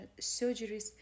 surgeries